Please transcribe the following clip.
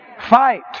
Fight